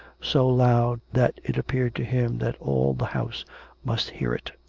so loud that it appeared to him that all the house must hear it.